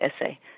essay